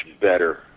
better